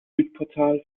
südportal